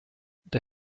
der